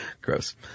Gross